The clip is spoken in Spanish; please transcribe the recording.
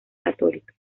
católica